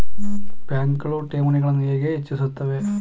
ಬ್ಯಾಂಕುಗಳು ಠೇವಣಿಗಳನ್ನು ಹೇಗೆ ಹೆಚ್ಚಿಸುತ್ತವೆ?